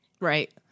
Right